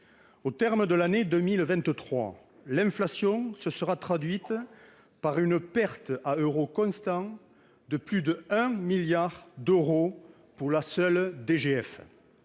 Au terme de l'année 2023, l'inflation se sera traduite par une perte, en euros constants, de plus de 1 milliard pour la seule